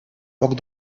poc